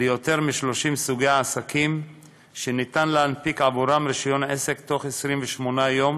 ליותר מ-30 סוגי העסקים שניתן להנפיק עבורם רישיון עסק בתוך 28 יום,